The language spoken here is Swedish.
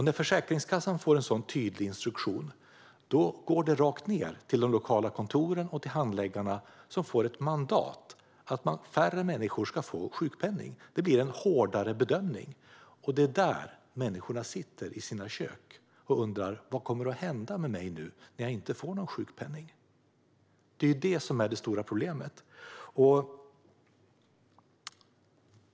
När Försäkringskassan får en sådan tydlig instruktion går det rakt ned till de lokala kontoren och till handläggarna, som får ett mandat att färre människor ska få sjukpenning. Det blir en hårdare bedömning. Det är då människorna sitter i sina kök och undrar: Vad kommer att hända med mig nu när jag inte får någon sjukpenning? Det är det som är det stora problemet.